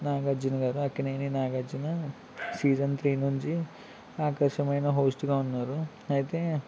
నాగార్జున గారు Akkineni Nagarjuna season three నుంచి ఆకర్షమైన హోస్ట్గా ఉన్నారు అయితే